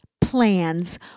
plans